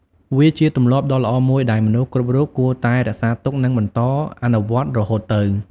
វាជាទម្លាប់ដ៏ល្អមួយដែលមនុស្សគ្រប់រូបគួរតែរក្សាទុកនិងបន្តអនុវត្តរហូតទៅ។